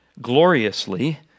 gloriously